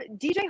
DJ